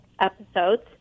episodes